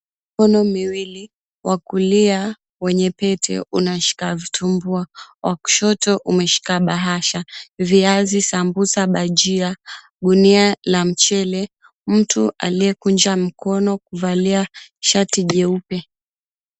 Mikono miwili, wa kulia wenye pete unashika vitumbua, wa kushoto umeshika bahasha, viazi, sambusa, bajia, gunia la mchele, mtu aliyekunja mkono kuvalia shati jeupe.